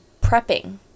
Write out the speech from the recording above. prepping